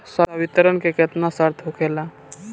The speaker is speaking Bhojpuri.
संवितरण के केतना शर्त होखेला?